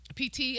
PT